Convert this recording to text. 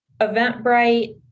Eventbrite